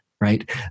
right